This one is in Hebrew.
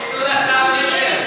תנו לשר לדבר.